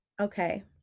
Okay